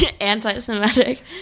anti-Semitic